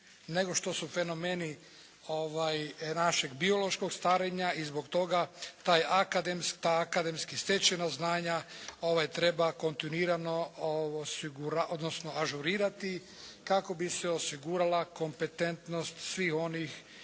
nego što su fenomeni našeg biološkog starenja. I zbog toga ta akademski stečena znanja treba kontinuirano odnosno ažurirati kako bi se osigurala kompetentnost svih onih